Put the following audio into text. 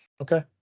Okay